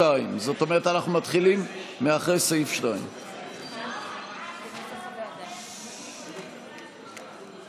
2, של חבר הכנסת מיקי לוי וקבוצת הרשימה המשותפת.